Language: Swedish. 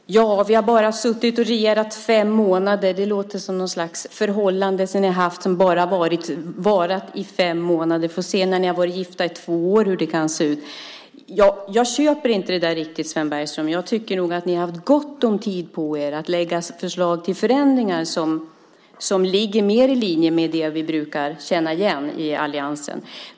Herr talman! Vi har bara regerat i fem månader - det låter som något slags förhållande ni har haft som bara varat i fem månader. Vi får se när ni har varit gifta i två år hur det kan se ut. Jag köper inte det där riktigt, Sven Bergström. Jag tycker nog att ni har haft gott om tid på er att lägga fram förslag till förändringar som ligger mer i linje med det vi brukar känna igen i alliansen.